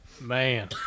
Man